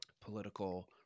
political